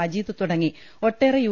മജീദ് തുടങ്ങി ഒട്ടേറെ യു